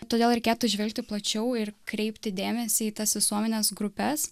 todėl reikėtų žvelgti plačiau ir kreipti dėmesį į tas visuomenės grupes